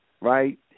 right